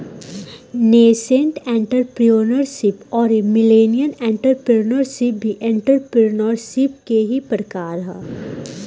nascent entrepreneurship अउरी millennial entrepreneurship भी entrepreneurship के ही प्रकार ह